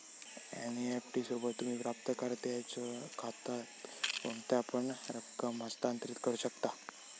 NEFT सोबत, तुम्ही प्राप्तकर्त्याच्यो खात्यात कोणतापण रक्कम हस्तांतरित करू शकता